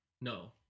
No